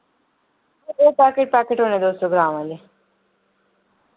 ओह् packet packet होने दो सौ ग्राम आह्ले